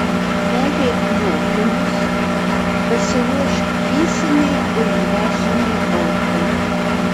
pereik mokymus pasiruošk fizinei ir dvasinei aukai